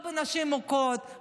לא בנשים מוכות,